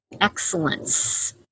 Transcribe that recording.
excellence